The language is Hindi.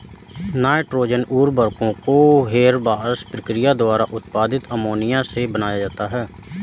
नाइट्रोजन उर्वरकों को हेबरबॉश प्रक्रिया द्वारा उत्पादित अमोनिया से बनाया जाता है